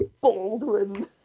Baldwin